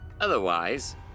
Otherwise